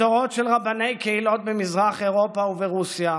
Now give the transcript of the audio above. מדורות של רבני קהילות במזרח אירופה וברוסיה,